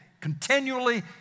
continually